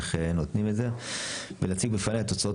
איך נותנים את זה ולהציג בפניי את תוצאות